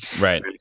right